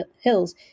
hills